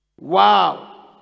Wow